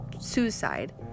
suicide